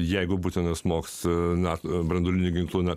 jeigu būtina smogs nato branduoliniai ginklai ne